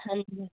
ਹਾਂਜੀ ਮੈਮ